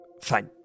Fine